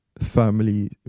family